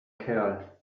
kerl